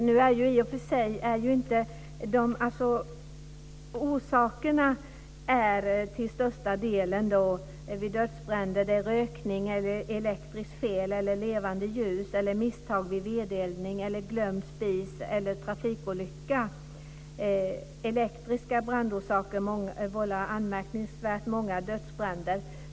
Nu är i och för sig orsaken vid dödsbränder till största delen rökning, elektriskt fel, levande ljus, misstag vid vedeldning, glömd spis eller trafikolycka. Elektriska fel vållar också anmärkningsvärt många dödsbränder.